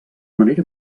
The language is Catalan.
manera